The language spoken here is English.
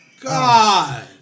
God